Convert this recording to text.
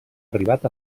arribat